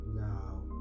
Now